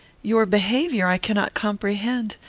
your behaviour i cannot comprehend,